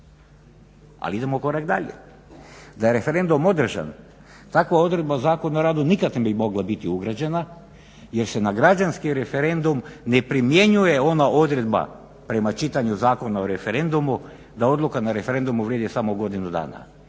Ali idemo korak dalje, da je referendum održan takva odredba Zakona o radu nikad ne bi mogla biti ugrađena jer se na građanski referendum ne primjenjuje ona odredba prema čitanju Zakona o referendumu da odluka na referendumu vrijedi samo godinu dana.